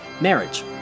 Marriage